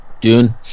dune